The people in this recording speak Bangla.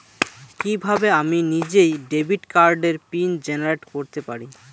কিভাবে আমি নিজেই ডেবিট কার্ডের পিন জেনারেট করতে পারি?